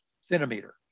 centimeter